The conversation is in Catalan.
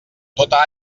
tota